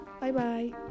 Bye-bye